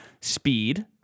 Speed